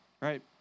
right